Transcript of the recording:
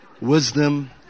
Wisdom